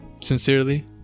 Sincerely